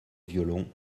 violon